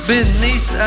Beneath